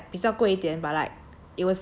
even though it is like 比较贵点 but like